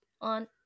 on